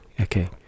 okay